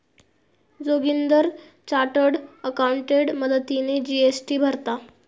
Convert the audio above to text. Joginder chartered accountant मदतीने GST भरता